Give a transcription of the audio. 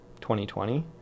2020